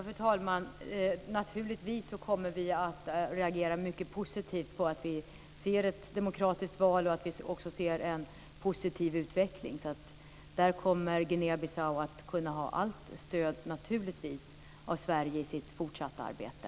Fru talman! Naturligtvis kommer vi att reagera mycket positivt på att vi ser ett demokratiskt val och på att vi också ser en positiv utveckling. Där kommer Guinea-Bissau att kunna få allt stöd av Sverige i sitt fortsatta arbete.